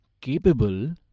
capable